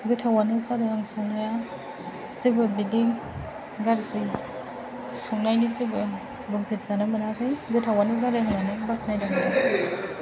गोथावानो जादों आं संनाया जेबो बिदि गाज्रि संनायनि जेबो बुंफेरजानो मोनाखै गोथावानो जादों होन्नानै बाखनायदों